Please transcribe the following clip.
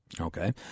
Okay